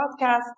podcast